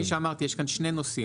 כפי שאמרתי יש שני נושאים